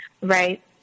right